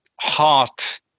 heart